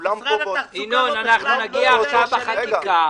ינון, נגיע לזה עכשיו בחקיקה.